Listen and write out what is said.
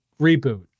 reboot